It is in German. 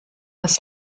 des